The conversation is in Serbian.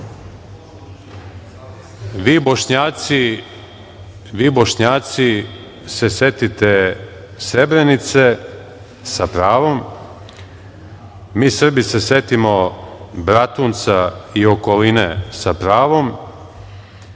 vi Bošnjaci se setite Srebrenice, sa pravom, mi Srbi se setimo Bratunca i okoline, sa pravom.